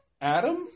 Adam